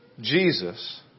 Jesus